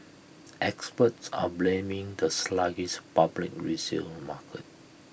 experts are blaming the sluggish public resale market